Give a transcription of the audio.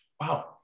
wow